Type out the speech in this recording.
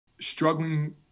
struggling